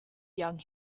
young